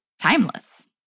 timeless